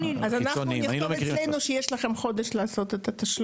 אז אנחנו נכתוב אצלנו שיש לכם חודש לעשות את ההשלמה.